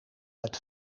uit